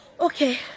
Okay